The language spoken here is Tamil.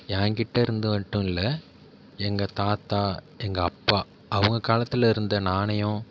என்கிட்ட இருந்து மட்டும் இல்லை எங்கள் தாத்தா எங்கள் அப்பா அவங்க காலத்தில் இருந்த நாணயம்